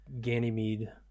ganymede